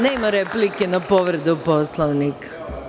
Nema replike na povredu Poslovnika.